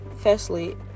firstly